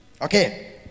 Okay